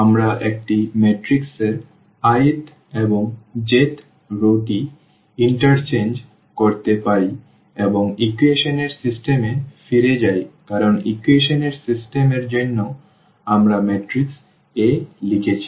সুতরাং আমরা একটি ম্যাট্রিক্স এর i th এবং j th রওটি বিনিময় করতে পারি এবং ইকুয়েশন এর সিস্টেম এ ফিরে যাই কারণ ইকুয়েশন এর সিস্টেম এর জন্য আমরা ম্যাট্রিক্স A লিখছি